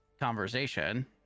Conversation